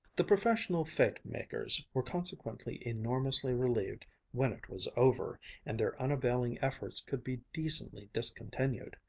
the professional fete-makers were consequently enormously relieved when it was over and their unavailing efforts could be decently discontinued.